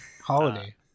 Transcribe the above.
Holiday